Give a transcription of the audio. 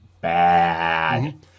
bad